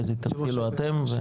חזי תתחילו אתם.